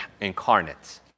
incarnate